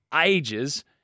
ages